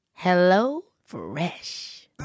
HelloFresh